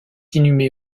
inhumé